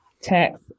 Tax